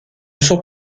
sont